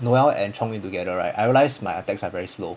noelle and chong yun together right I realised my attacks are very slow